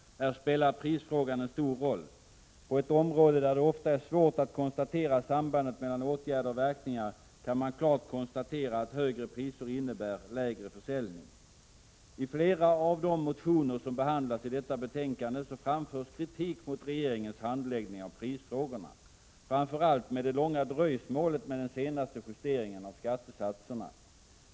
Här spelar prisfrågan en stor roll. På detta område, där det ofta är svårt att konstatera sambandet mellan åtgärder och verkningar, kan man klart konstatera att högre priser innebär minskad försäljning. I flera av de motioner som behandlas i detta betänkande framförs kritik mot regeringens handläggning av prisfrågorna, framför allt mot det långa dröjsmålet med den senaste justeringen av skattesatserna.